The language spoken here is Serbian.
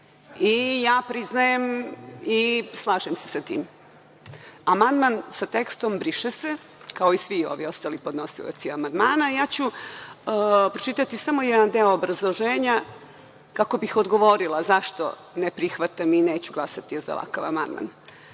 Ja priznajem i slažem se sa tim. Amandman sa tekstom – briše se, kao i svi ovi ostali podnosioci amandmana. Pročitaću samo jedan deo obrazloženja kako bih odgovorila zašto ne prihvatam i neću glasati za ovakav amandman. Kaže